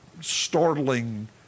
startling